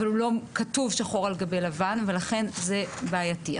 אבל הוא לא כתוב שחור על גבי לבן ולכן זה בעייתי.